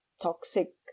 toxic